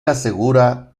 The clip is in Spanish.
asegura